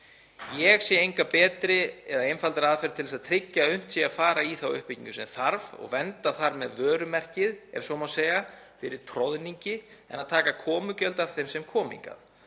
Ég sé enga betri eða einfaldari aðferð til að tryggja að unnt sé að fara í þá uppbyggingu sem þarf og vernda þar með vörumerkið, ef svo má segja, fyrir troðningi en að taka komugjöld af þeim sem koma hingað.